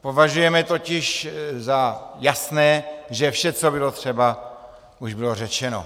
Považujeme totiž za jasné, že vše, co bylo třeba, už bylo řečeno.